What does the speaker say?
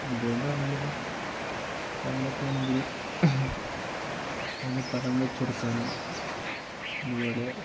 എന്തുകൊണ്ടാ പറഞ്ഞാലിപ്പം തെങ്ങൊക്കെയാണെങ്കിൽ അതിൻ്റെ തടം വച്ചുകൊടുക്കാനും അതുപോലെ